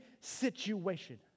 situation